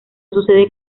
sucede